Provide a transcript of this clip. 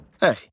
Hey